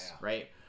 Right